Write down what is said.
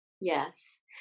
yes